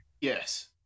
Yes